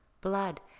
Blood